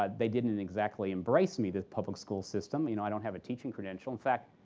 um they didn't exactly embrace me, the public school system. you know i don't have a teaching credential. in fact,